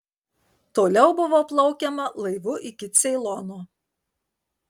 toliau buvo plaukiama laivu iki ceilono